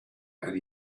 and